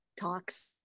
Talks